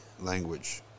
language